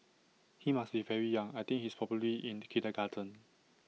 he must be very young I think he's probably in kindergarten